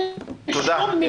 תודה.